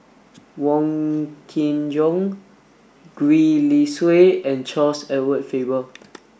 Wong Kin Jong Gwee Li Sui and Charles Edward Faber